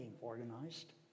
organized